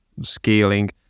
scaling